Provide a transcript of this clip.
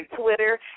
Twitter